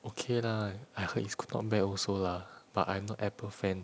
okay lah I heard it's qui~ not bad also lah but I am not apple fan